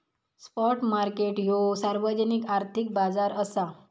spot market ह्यो सार्वजनिक आर्थिक बाजार असा